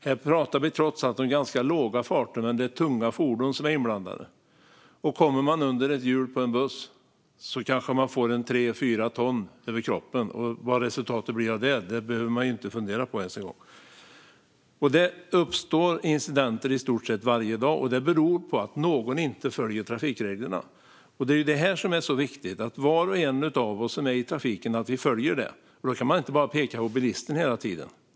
Här pratar vi om ganska låga farter, men det är tunga fordon inblandade. Kommer man under ett hjul på en buss får man kanske tre fyra ton över sig, och vad resultatet blir av det behöver vi inte ens fundera på. Det uppstår incidenter i stort sett varje dag, och det beror på att någon inte följer trafikreglerna. Därför är det viktigt att var och en av oss i trafiken följer reglerna. Man kan inte bara peka på bilisterna hela tiden.